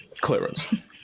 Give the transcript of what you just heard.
clearance